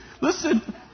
listen